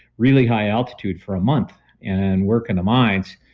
really high altitude for a month and work in the mines,